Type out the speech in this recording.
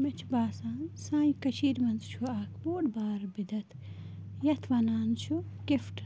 مےٚ چھُ باسان سانہٕ کٔشیٖرِ منٛز چھُ اَکھ بوٚڑ بارٕ بِدتھ یِتھ وَنان چھُ گِفٹ